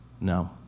No